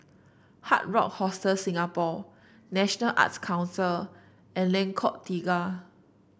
Hard Rock Hostel Singapore National Arts Council and Lengkok Tiga